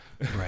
Right